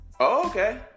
Okay